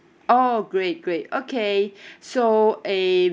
oh great great okay so err